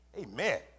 Amen